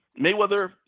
Mayweather